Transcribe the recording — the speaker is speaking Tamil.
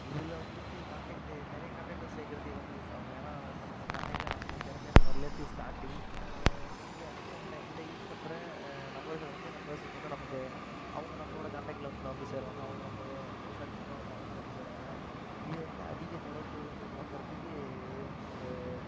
இதில் வந்துட்டு காண்டாக்ட் நிறைய காண்டாக்ட் சேர்க்கறதுக்கு இது வந்து யூஸ் ஆகும் ஏன்னா நான் இப்போ நம்ம காண்டாக்டில் நமக்கு தெரிஞ்ச நம்ம ரிலேட்டிவ்ஸ் தாண்டி இந்த அக்கௌன்ட்டை இதை யூஸ் பண்ணுற நபர்கள் வந்து நம் பெர்சன்ஸ் வந்து நமக்கு அவங்க நம்மளோடய காண்டாக்ட்லருந்து வந்து சேருவாங்க அவங்க நமக்கு ஒரு ஃப்ரெண்ட்ஷிப்பாக வந்து அவங்களும் வந்து சேருவாங்க இது வந்து அதிகத் தொடர்புகள் வந்து உருவாக்கறதுக்கு இது வந்து ஒரு